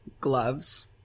gloves